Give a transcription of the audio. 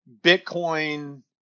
Bitcoin